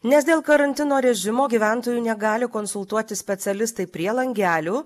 nes dėl karantino režimo gyventojų negali konsultuoti specialistai prie langelių